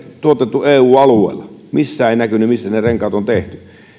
tuotettu eu alueella mutta missään ei näkynyt missä ne renkaat on tehty